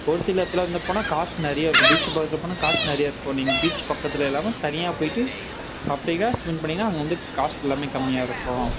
ஒரு சில இடத்தில் வந்து போனால் காசு நிறைய இருக்கும் பீச் பக்கத்தில் போனால் காசு நிறையா இருக்கும் நீங்கள் பீச் பக்கத்தில் இல்லாமல் தனியாக போய்ட்டு பப்ளிக்காக ஸ்பெண்ட் பண்ணிங்கனா அங்கே வந்து காஸ்ட் எல்லாமே கம்மியாக இருக்கும்